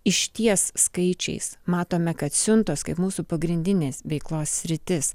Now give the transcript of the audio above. išties skaičiais matome kad siuntos kaip mūsų pagrindinės veiklos sritis